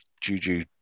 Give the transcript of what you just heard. Juju